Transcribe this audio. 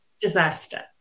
disaster